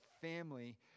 family